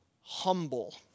humble